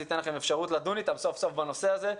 ייתן לכם אפשרות סוף סוף לדון אתם בנושא הזה.